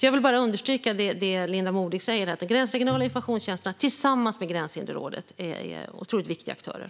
Jag vill bara understryka det Linda Modig säger: De gränsregionala informationstjänsterna, tillsammans med Gränshinderrådet, är otroligt viktiga aktörer.